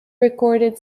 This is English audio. recorded